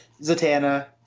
Zatanna